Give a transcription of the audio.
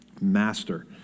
master